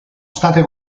state